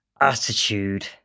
attitude